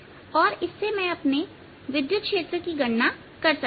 और इससे मैं अपने विद्युत क्षेत्र की गणना कर सकता हूं